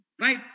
Right